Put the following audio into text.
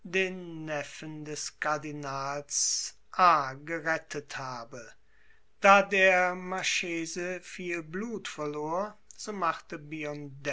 neffen des kardinals a i gerettet habe da der marchese viel blut verlor so machte